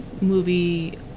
movie